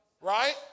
Right